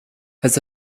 his